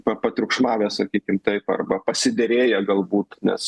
pa patriukšmavę sakykim taip arba pasiderėję galbūt nes